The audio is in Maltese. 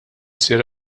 ssir